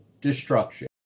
Destruction